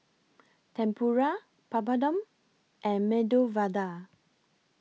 Tempura Papadum and Medu Vada